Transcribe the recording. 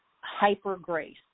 hyper-grace